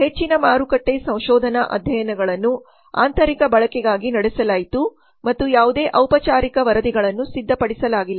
ಹೆಚ್ಚಿನ ಮಾರುಕಟ್ಟೆ ಸಂಶೋಧನಾ ಅಧ್ಯಯನಗಳನ್ನು ಆಂತರಿಕ ಬಳಕೆಗಾಗಿ ನಡೆಸಲಾಯಿತು ಮತ್ತು ಯಾವುದೇ ಔಪಚಾರಿಕ ವರದಿಗಳನ್ನು ಸಿದ್ಧಪಡಿಸಲಾಗಿಲ್ಲ